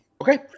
Okay